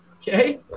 Okay